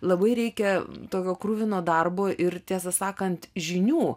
labai reikia tokio kruvino darbo ir tiesą sakant žinių